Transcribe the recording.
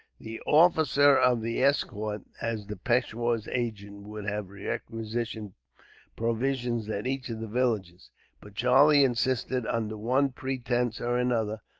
the officer of the escort, as the peishwar's agent, would have requisitioned provisions at each of the villages but charlie insisted, under one pretence or another,